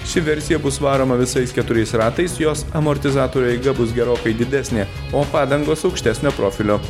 ši versija bus varoma visais keturiais ratais jos amortizatorių eiga bus gerokai didesnė o padangos aukštesnio profilio